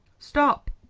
stop,